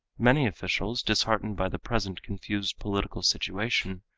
many officials, disheartened by the present confused political situation,